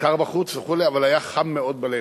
וקר בחוץ וכו', אבל היה חם מאוד בלב,